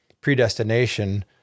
predestination